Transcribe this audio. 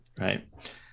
right